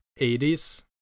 80s